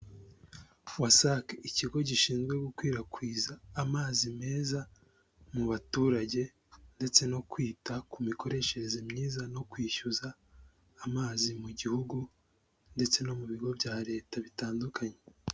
WASAC ikigo gishinzwe gukwirakwiza amazi meza mu baturage ndetse no kwita ku mikoreshereze myiza no kwishyuza amazi mu gihugu ndetse no mu bigo bya leta bitandukanye.